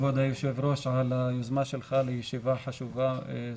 כבוד היושב-ראש על היוזמה שלך לישיבה חשובה זו.